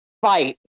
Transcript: fight